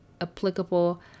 applicable